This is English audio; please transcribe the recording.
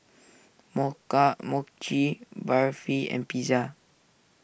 Mocha Mochi Barfi and Pizza